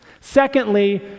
Secondly